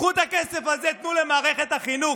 קחו את הכסף הזה, תנו למערכת החינוך.